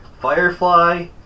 Firefly